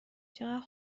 چقدر